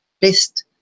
best